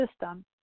system